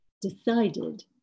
decided